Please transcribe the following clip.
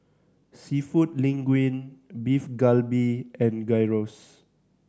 Seafood Linguine Beef Galbi and Gyros